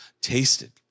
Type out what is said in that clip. tasted